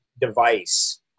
device